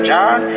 John